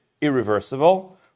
irreversible